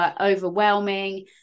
overwhelming